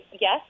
yes